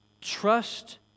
trust